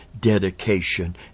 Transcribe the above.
dedication